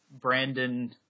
Brandon